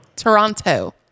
Toronto